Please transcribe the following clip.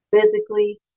physically